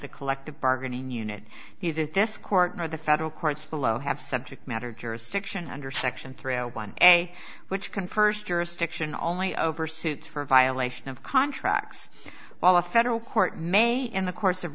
the collective bargaining unit here that this court or the federal court below have subject matter jurisdiction under section three a one way which can first jurisdiction only over suit for violation of contract while a federal court may in the course of